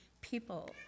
people